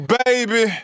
baby